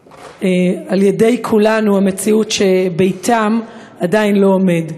על-ידי כולנו, המציאות היא שביתן עדיין לא עומד.